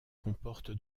comporte